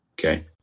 Okay